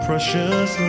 Precious